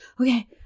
okay